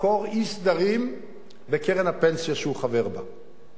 אי-סדרים בקרן הפנסיה שהוא חבר בה.